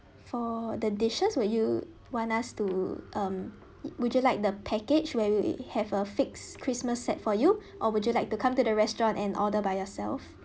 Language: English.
for the dishes would you want us to um would you like the package where we have a fixed christmas set for you or would you like to come to the restaurant and order by yourself